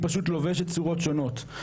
היא פשוט לובשת צורות שונות.